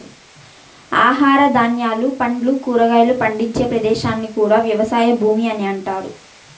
ఆహార ధాన్యాలు, పండ్లు, కూరగాయలు పండించే ప్రదేశాన్ని కూడా వ్యవసాయ భూమి అని అంటారు